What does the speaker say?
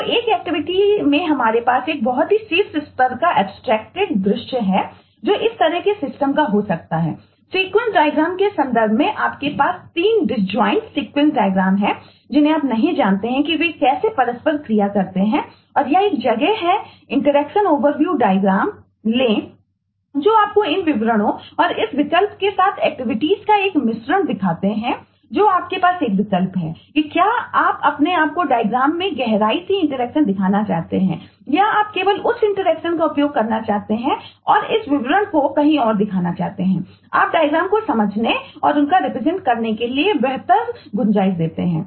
तो एक एक्टिविटी करने के लिए बहुत बेहतर गुंजाइश देते हैं